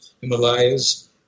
Himalayas